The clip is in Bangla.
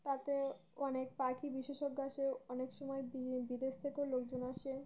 তাতে অনেক পাখি বিশেষজ্ঞ আসে অনেক সময় বিদেশ থেকেও লোকজন আসে